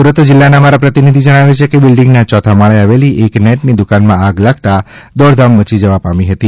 સુરત જિલ્લાના અમારા પ્રતિનિધિ જણાવે છે કે બિલ્ડિંગના ચોથા માળે આવેલી એક નેટની દુકાનમાં આગ લાગતા દોડધામ મચી જવા પામી હતી